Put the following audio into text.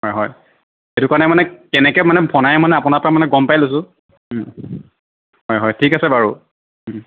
হয় হয় এইটো কাৰণে মানে কেনেকৈ মানে বনাই মানে আপোনাৰ পৰা মানে গম পাই লৈছোঁ হয় হয় ঠিক আছে বাৰু